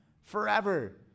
forever